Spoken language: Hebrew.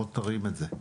בוא תרים את זה.